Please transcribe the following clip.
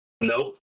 nope